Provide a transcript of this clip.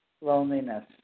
loneliness